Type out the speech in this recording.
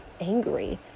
angry